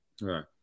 Right